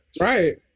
right